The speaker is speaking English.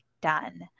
done